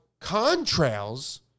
contrails